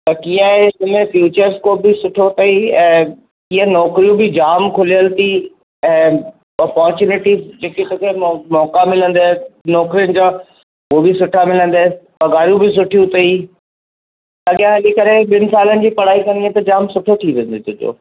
त कीअं आहे हिनमें फ्यूचर स्कोप बि सुठो अथई ऐं कीअं नौकिरियूं बि जाम खुलियलु थी ऐं अपोर्चुनिटी जेकी तोखे मौक़ा मिलंदए नौकिरिन जा हूअ बि सुठा मिलंदइ पगारियूं बि सुठियूं अथई अॻियां हली करे ॿिन सालनि जी पढ़ाई कंदींअ त जाम सुठो थी वेंदो तुंहिंजो